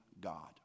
God